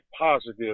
positive